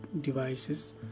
devices